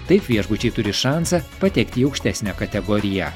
taip viešbučiai turi šansą patekti į aukštesnę kategoriją